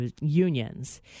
unions